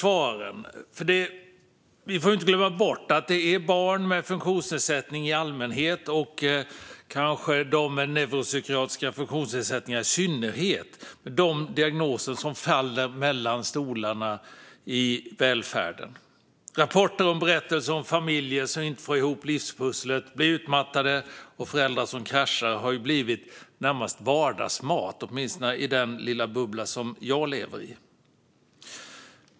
Vi får inte glömma bort att det är barn med funktionsnedsättningar i allmänhet och neuropsykiatriska funktionsnedsättningar i synnerhet som faller mellan stolarna i välfärden. Rapporter och berättelser om familjer som inte får ihop livspusslet och föräldrar som blir utmattade och kraschar har närmast blivit vardagsmat, åtminstone i den lilla bubbla som jag lever i.